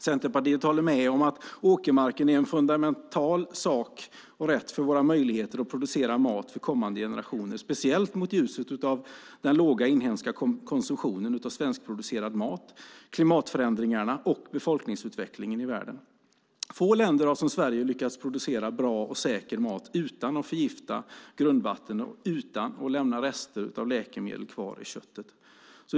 Centerpartiet håller med om att åkermarken är fundamental för våra möjligheter att producera mat för kommande generationer, speciellt i ljuset av den låga inhemska konsumtionen av svenskproducerad mat, klimatförändringarna och befolkningsutvecklingen i världen. Få länder har som Sverige lyckats producera bra och säker mat utan att förgifta grundvattnet och utan att lämna kvar rester av läkemedel i köttet.